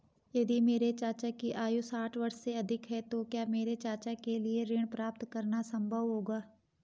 यदि मेरे चाचा की आयु साठ वर्ष से अधिक है तो क्या मेरे चाचा के लिए ऋण प्राप्त करना संभव होगा?